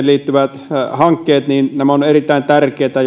liittyvät hankkeet ovat erittäin tärkeitä